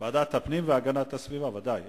ועדת הפנים והגנת הסביבה, ודאי.